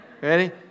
Ready